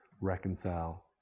reconcile